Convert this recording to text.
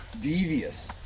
devious